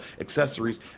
accessories